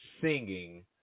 singing